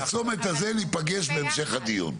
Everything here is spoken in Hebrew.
בצומת הזה ניפגש בהמשך הדיון.